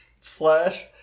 Slash